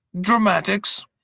dramatics